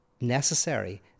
necessary